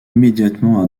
immédiatement